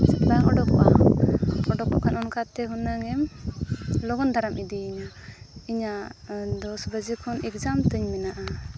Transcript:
ᱵᱟᱝ ᱚᱰᱚᱠᱚᱜᱼᱟ ᱚᱰᱚᱠᱚᱜ ᱠᱷᱟᱱ ᱚᱱᱠᱟᱛᱮ ᱦᱩᱱᱟᱹᱝ ᱮᱢ ᱞᱚᱜᱚᱱ ᱫᱷᱟᱨᱟᱢ ᱤᱫᱤᱭᱤᱧᱟᱹ ᱤᱧᱟᱹᱜ ᱫᱚᱥ ᱵᱟᱡᱮ ᱠᱷᱚᱱ ᱮᱠᱡᱟᱢ ᱛᱤᱧ ᱢᱮᱱᱟᱜᱼᱟ